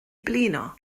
blino